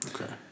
Okay